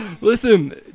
Listen